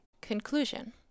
Conclusion